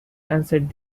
answered